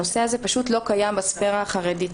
הנושא הזה פשוט לא קיים בספירה החרדית.